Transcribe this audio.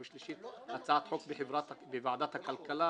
ושלישית הצעת חוק בוועדת הכלכלה